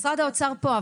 משרד האוצר פה,